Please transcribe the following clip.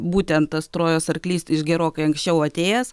būtent tas trojos arklys iš gerokai anksčiau atėjęs